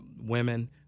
women